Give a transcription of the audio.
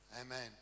amen